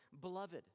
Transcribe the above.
Beloved